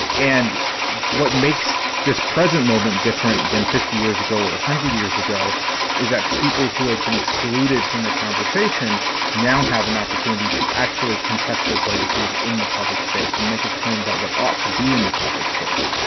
and what makes this present moment different than fifty years ago or hundred years ago is that people who had been excluded from the conversation now have an opportunity to actually contest those legacy is in the public space and make a claim about what ought to be in the public space.